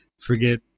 Forget